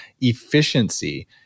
efficiency